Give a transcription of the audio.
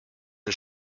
and